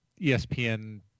ESPN